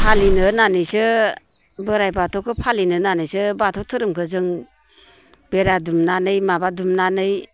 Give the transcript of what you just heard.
फालिनो होन्नानैसो बोराय बाथौखौ फालिनो होन्नानैसो बाथौ धोरोमखौ जों बेरा दुमनानै माबा दुमनानै